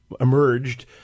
emerged